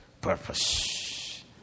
purpose